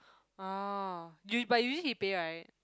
oh you but usually he pay right